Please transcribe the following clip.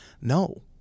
No